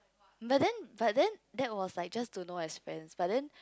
but then but then that was like just to know as friends but then